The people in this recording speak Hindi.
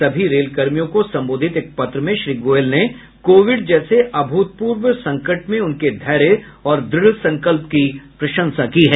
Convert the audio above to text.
सभी रेलकर्मियों को संबोधित एक पत्र में श्री गोयल ने कोविड जैसे अभूतपूर्व संकट में उनके धैर्य और दृढ़ संकल्प की प्रशंसा की है